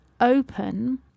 open